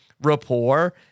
rapport